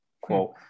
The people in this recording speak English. quote